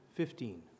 fifteen